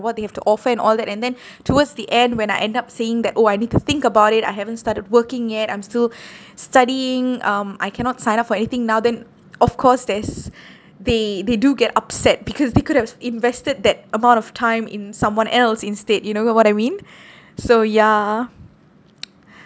what they have to offer and all that and then towards the end when I end up saying that oh I need to think about it I haven't started working yet I'm still studying um I cannot sign up for anything now then of course there's they they do get upset because they could have invested that amount of time in someone else instead you know uh what I mean so ya